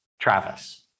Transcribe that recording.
Travis